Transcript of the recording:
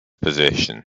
position